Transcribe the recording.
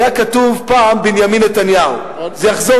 היה כתוב פעם "בנימין נתניהו"; זה יחזור